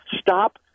Stop